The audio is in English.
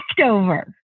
over